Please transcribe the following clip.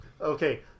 Okay